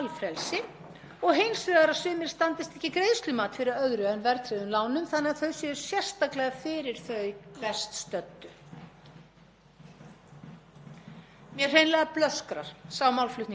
Mér hreinlega blöskrar sá málflutningur því að hann felur í sér það viðhorf að sá sem eigi lítið eigi aldrei skilið að eignast neitt eða losna einhvern tímann úr baslinu.